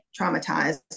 traumatized